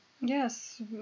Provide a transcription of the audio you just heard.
yes